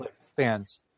fans